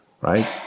right